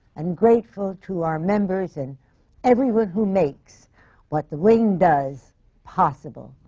and grateful to our members and everyone who makes what the wing does possible.